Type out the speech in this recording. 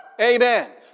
Amen